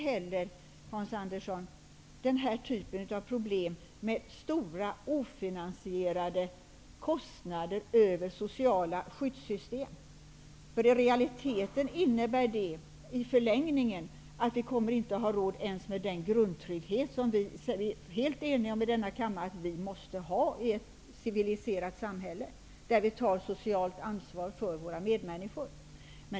Men den typen av problem löser man inte heller, förlängningen innebär det att vi inte kommer att ha råd med ens den grundtrygghet som vi här i kammaren är helt eniga om att vi måste ha i ett civiliserat samhälle och som innebär att vi tar socialt ansvar för våra medmänniskor.